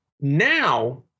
now